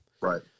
Right